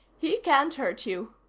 he can't hurt you.